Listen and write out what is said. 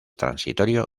transitorio